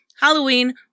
Halloween